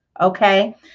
okay